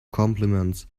compliments